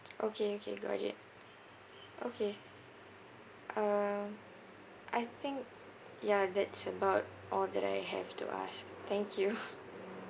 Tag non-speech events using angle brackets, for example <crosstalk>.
okay okay got it okay um I think ya that's about all that I have to ask thank you <laughs>